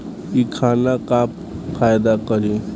इ खाना का फायदा करी